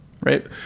right